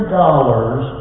dollars